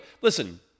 listen –